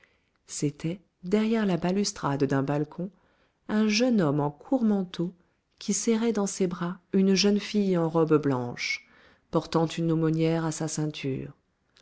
c'était derrière la balustrade d'un balcon un jeune homme en court manteau qui serrait dans ses bras une jeune fille en robe blanche portant une aumônière à sa ceinture